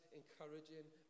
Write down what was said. encouraging